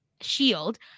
shield